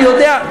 אני יודע.